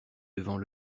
devant